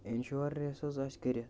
insurance حظ آسہِ کٔرِتھ